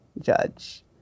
judge